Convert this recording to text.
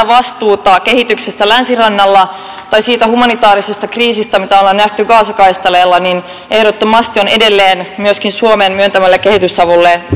vastuuta kehityksestä länsirannalla tai siitä humanitaarisesta kriisistä joka ollaan nähty gazan kaistaleella niin ehdottomasti on edelleen myöskin suomen myöntämälle kehitysavulle